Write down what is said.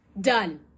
Done